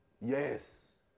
Yes